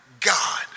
God